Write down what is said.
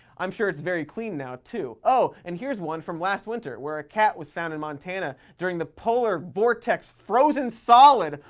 i'm sure it's very clean now, too. oh, and here's one from last winter where a cat was found in montana during the polar vortex frozen solid,